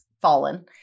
fallen